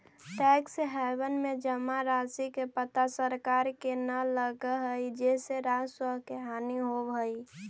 tax haven में जमा राशि के पता सरकार के न लगऽ हई जेसे राजस्व के हानि होवऽ हई